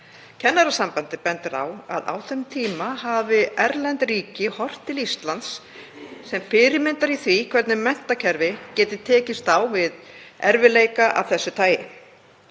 Kennarasambandið bendir á að á þeim tíma hafi erlend ríki horft til Íslands sem fyrirmyndar í því hvernig menntakerfi geti tekist á við erfiðleika af þessu tagi.